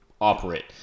operate